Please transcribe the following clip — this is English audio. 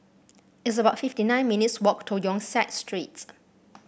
it's about fifty nine minutes' walk to Yong Siak Street